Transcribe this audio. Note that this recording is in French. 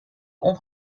ont